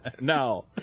No